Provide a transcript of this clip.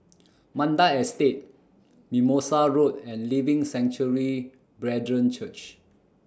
Mandai Estate Mimosa Road and Living Sanctuary Brethren Church